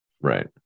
Right